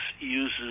uses